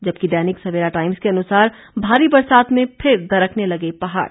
जबकि दैनिक सवेरा टाइम्स के अनुसार भारी बरसात में फिर दरकने लगे पहाड़